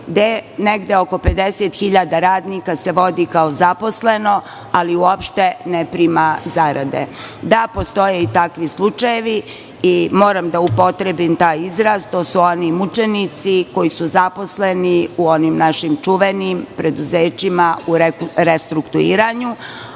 se negde oko 50.000 radnika vodi kao zaposleno, ali uopšte ne prima zarade. Da, postoje i takvi slučajevi i moram da upotrebim taj izraz, to su oni mučenici koji su zaposleni u onim našim čuvenim preduzećima u restrukturiranju,